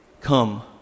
Come